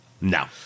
No